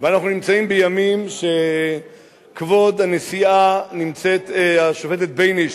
ואנחנו נמצאים בימים שכבוד הנשיאה השופטת בייניש